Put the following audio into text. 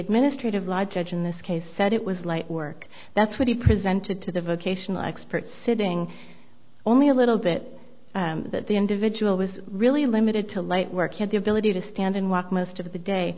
administrative law judge in this case said it was light work that's what he presented to the vocational experts sitting only a little bit that the individual was really limited to light work and the ability to stand and walk most of the day